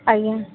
ଆଜ୍ଞା